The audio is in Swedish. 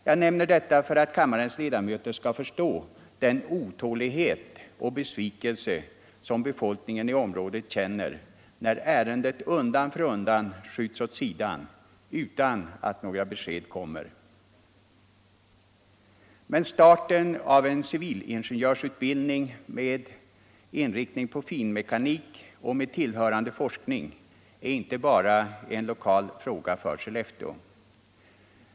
Jag nämner detta för att kammarens ledamöter skall förstå den otålighet och besvikelse som befolkningen i området känner när ärendet undan för undan skjuts åt sidan utan att några besked kommer. Men starten av en civilingenjörsutbildning med inriktning på finmekanik med tillhörande forskning är inte bara en lokal fråga för Skellefteå.